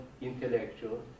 intellectual